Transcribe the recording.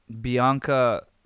Bianca